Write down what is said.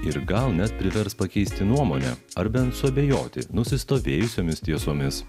ir gal net privers pakeisti nuomonę ar bent suabejoti nusistovėjusiomis tiesomis